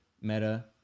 meta